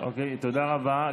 תודה רבה.